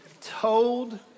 told